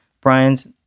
Brian's